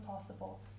possible